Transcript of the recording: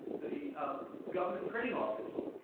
the government printing office,